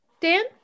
Dan